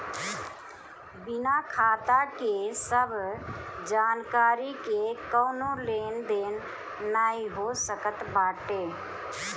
बिना खाता के सब जानकरी के कवनो लेन देन नाइ हो सकत बाटे